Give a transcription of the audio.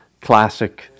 classic